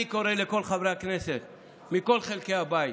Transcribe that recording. אני קורא לכל חברי הכנסת מכל חלקי הבית